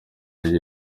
gihe